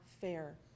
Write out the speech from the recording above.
fair